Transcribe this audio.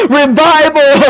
revival